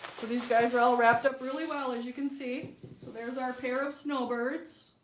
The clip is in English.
but these guys are all wrapped up really well as you can see so there's our pair of snowbirds